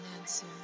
answer